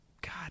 God